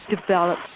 develop